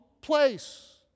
place